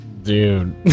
Dude